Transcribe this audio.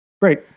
Great